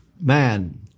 man